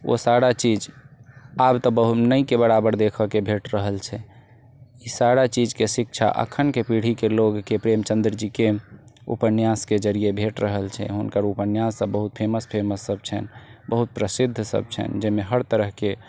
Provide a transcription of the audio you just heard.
ओ सारा चीज आब तऽ नहिके बराबर देखैके भेट रहल छै ई सारा चीजके शिक्षा एखनके पीढ़ीके लोगके प्रेमचंद्र जीके उपन्यासके जरिये भेट रहल छै हुनकर उपन्यास सब बहुत फेमस फेमस सब छनि बहुत प्रसिद्ध सब छनि जाहिमे हर तरहके